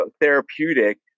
therapeutic